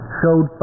showed